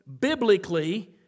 biblically